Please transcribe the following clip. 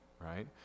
right